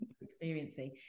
experiencing